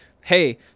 hey